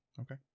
Okay